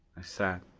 i sat,